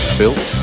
built